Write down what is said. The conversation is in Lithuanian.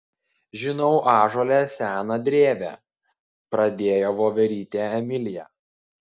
žinau ąžuole seną drevę pradėjo voverytė emilija